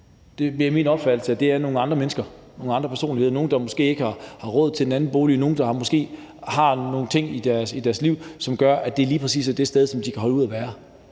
Det er min opfattelse, at det er nogle andre mennesker, nogle andre personligheder, nogle, der måske ikke har råd til en anden bolig, nogle, der måske har nogle ting i deres liv, som gør, at det lige præcis er det sted, hvor de kan holde ud at være.